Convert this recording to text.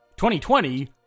2020